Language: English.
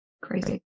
Crazy